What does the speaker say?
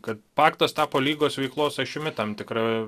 kad paktas tapo lygos veiklos ašimi tam tikra